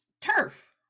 turf